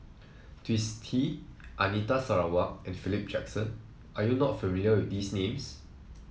Twisstii Anita Sarawak and Philip Jackson are you not familiar with these names